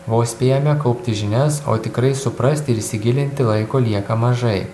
vos spėjome kaupti žinias o tikrai suprasti ir įsigilinti laiko lieka mažai